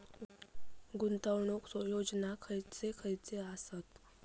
गुंतवणूक योजना खयचे खयचे आसत?